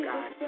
God